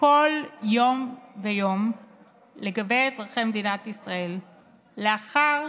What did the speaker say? כל יום ויום לגבי אזרחי מדינת ישראל לאחר